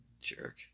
Jerk